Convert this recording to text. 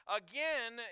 again